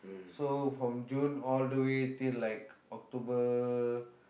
so from June all the way till like October